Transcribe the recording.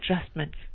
adjustments